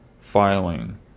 filing